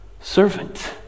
servant